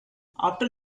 after